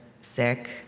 sick